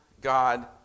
God